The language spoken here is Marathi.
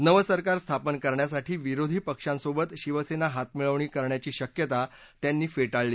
नवं सरकार स्थापन करण्यासाठी विरोधी पक्षांसोबत शिवसेना हातमिळवणी करण्याची शक्यता त्यांनी फेटाळली